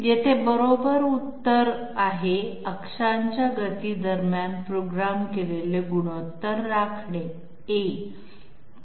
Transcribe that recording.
येथे बरोबर उत्तर आहे अक्षांच्या गती दरम्यान प्रोग्राम केलेले गुणोत्तर राखणे का